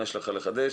מה יש לך לחדש?